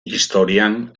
historian